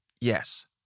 Yes